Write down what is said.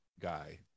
guy